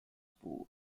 poor